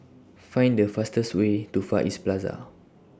Find The fastest Way to Far East Plaza